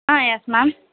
ah yes ma'am